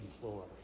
floor